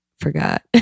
Forgot